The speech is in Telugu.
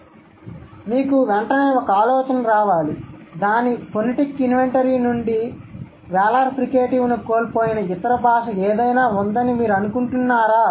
కాబట్టి మీకు వెంటనే ఆలోచన రావాలి దాని ఫోనెటిక్ ఇన్వెంటరీ నుండి వేలార్ ఫ్రికేటివ్ను కోల్పోయిన ఇతర భాష ఏదైనా ఉందని మీరు అనుకుంటున్నారా